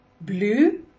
blue